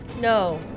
No